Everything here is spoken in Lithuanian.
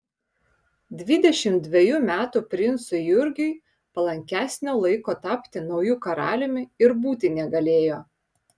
dvidešimt dvejų metų princui jurgiui palankesnio laiko tapti nauju karaliumi ir būti negalėjo